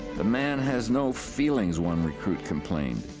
the man has no feelings, one recruit complained.